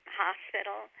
hospital